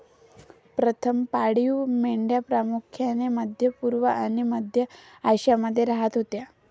प्रथम पाळीव मेंढ्या प्रामुख्याने मध्य पूर्व आणि मध्य आशियामध्ये राहत होत्या